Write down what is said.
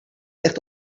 echt